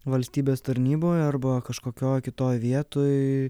valstybės tarnyboje arba kažkokioj kitoj vietoj